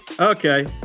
Okay